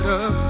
up